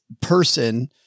person